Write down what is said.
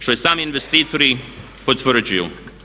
Što i sami investitori potvrđuju.